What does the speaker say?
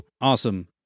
Awesome